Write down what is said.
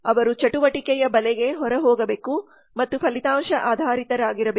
ಅವರು ಚಟುವಟಿಕೆಯ ಬಲೆಗೆ ಹೊರಹೋಗಬೇಕು ಮತ್ತು ಫಲಿತಾಂಶ ಆಧಾರಿತರಾಗಿರಬೇಕು